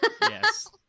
Yes